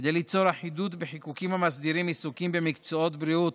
כדי ליצור אחידות בחיקוקים המסדירים עיסוקים במקצועות בריאות